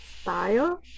style